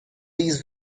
these